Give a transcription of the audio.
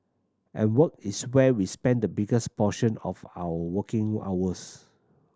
and work is where we spend the biggest portion of our waking hours